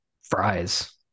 fries